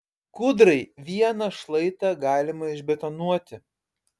kūdrai vieną šlaitą galima išbetonuoti